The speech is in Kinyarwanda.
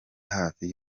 hafi